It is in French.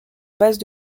base